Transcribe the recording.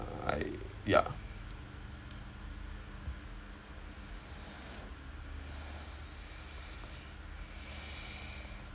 I ya